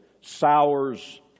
sours